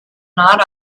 not